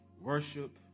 Worship